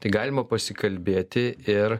tai galima pasikalbėti ir